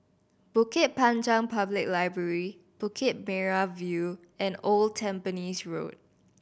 Bukit Panjang Public Library Bukit Merah View and Old Tampines Road